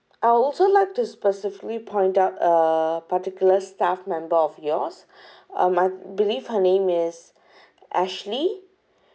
I would also like to specifically point out a particular staff member of yours um I believe her name is ashley